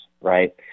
right